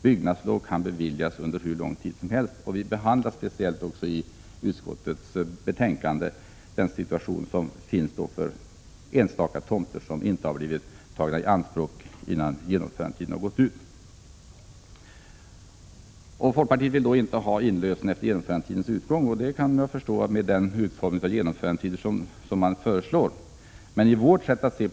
Byggnadslov kan beviljas under hur lång tid som helst, och vi behandlar i utskottsbetänkandet speciellt den situation som finns för enstaka tomter som inte har tagits i anspråk innan genomförandetiden har gått ut. Folkpartiet vill inte ha inlösen efter genomförandetidens utgång. Med den utformning som folkpartiet vill ge genomförandetiderna finns det skäl för yrkandet.